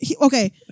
Okay